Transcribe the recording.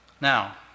Now